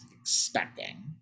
expecting